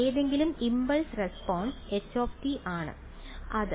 ഏതെങ്കിലും impulse response h ആണ് അത്